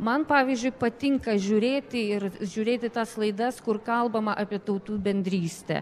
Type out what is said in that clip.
man pavyzdžiui patinka žiūrėti ir žiūrėti tas laidas kur kalbama apie tautų bendrystę